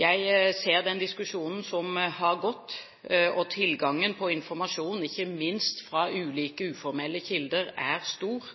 Jeg ser den diskusjonen som har gått. Tilgangen på informasjon, ikke minst fra ulike uformelle kilder, er stor,